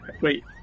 Wait